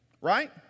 Right